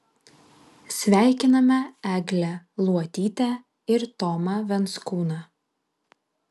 sveikiname eglę luotytę ir tomą venskūną